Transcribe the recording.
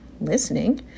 listening